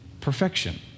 perfection